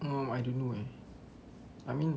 uh I don't know eh I mean